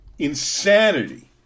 insanity